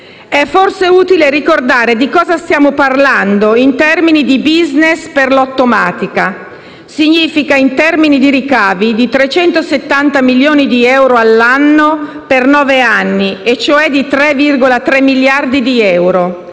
È forse utile ricordare di cosa stiamo parlando in termini di *business* per Lottomatica. Significa, in termini di ricavi, 370 milioni di euro all'anno per nove anni, e cioè di 3,3 miliardi di euro.